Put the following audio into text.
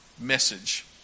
message